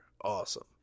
Awesome